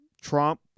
Trump